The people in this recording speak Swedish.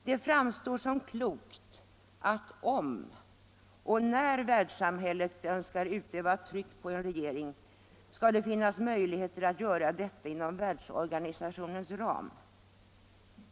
Det framstår som klokt att om och när världssamhället önskar utöva tryck på en regering skall det finnas möjligheter att göra detta inom världsorganisationens ram.